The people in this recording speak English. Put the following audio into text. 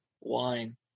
wine